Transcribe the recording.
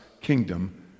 kingdom